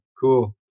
cool